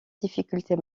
difficultés